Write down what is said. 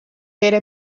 vera